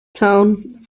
town